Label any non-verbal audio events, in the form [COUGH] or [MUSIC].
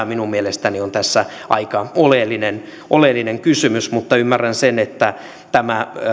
[UNINTELLIGIBLE] minun mielestäni tässä aika oleellinen oleellinen kysymys mutta ymmärrän sen että tämä